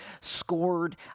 scored